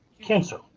Cancer